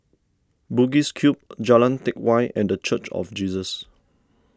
Bugis Cube Jalan Teck Whye and the Church of Jesus